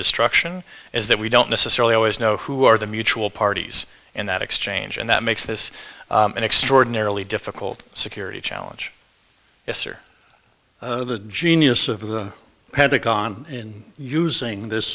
destruction is that we don't necessarily always know who are the mutual parties in that exchange and that makes this an extraordinarily difficult security challenge yes or no the genius of the pentagon in using this